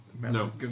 No